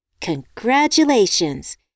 Congratulations